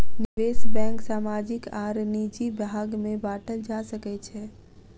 निवेश बैंक सामाजिक आर निजी भाग में बाटल जा सकै छै